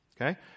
okay